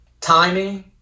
timing